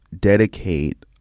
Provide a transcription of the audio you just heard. dedicate